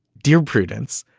dear prudence,